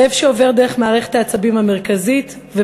כאב שעובר דרך מערכת העצבים המרכזית של הגוף שלנו